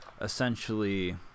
essentially